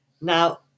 Now